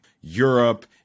Europe